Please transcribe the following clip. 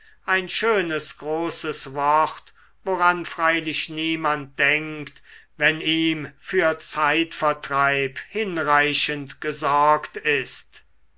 ein schönes großes wort woran freilich niemand denkt wenn ihm für zeitvertreib hinreichend gesorgt ist